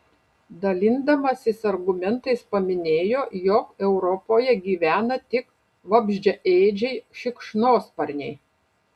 dalindamasis argumentais paminėjo jog europoje gyvena tik vabzdžiaėdžiai šikšnosparniai